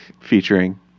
Featuring